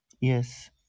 Yes